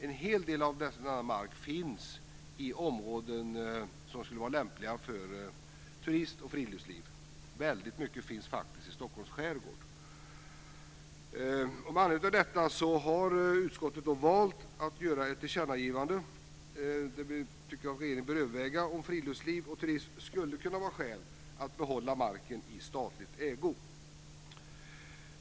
En hel del av denna mark finns i områden som skulle vara lämpliga för turist och friluftsliv. Väldigt mycket finns faktiskt i Stockholms skärgård. Med anledning av detta har utskottet valt att göra ett tillkännagivande. Vi tycker att regeringen bör överväga om friluftsliv och turism skulle kunna vara skäl att behålla marken i statlig ägo.